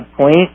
point